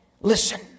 listen